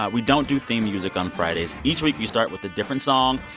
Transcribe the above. ah we don't do theme music on fridays. each week, we start with a different song.